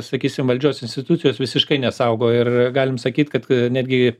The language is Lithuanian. sakysim valdžios institucijos visiškai nesaugo ir galim sakyt kad netgi